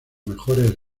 mejores